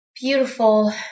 Beautiful